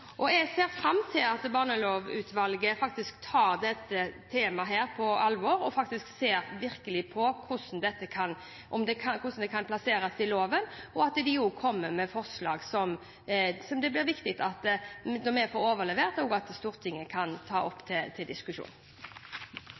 ivaretas. Jeg ser fram til at barnevernlovutvalget faktisk tar dette temaet på alvor og ser på hvordan det kan plasseres i loven, og at det også kommer med forslag som det blir viktig at Stortinget tar opp til diskusjon når vi har overlevert det. Flere har ikke bedt om ordet til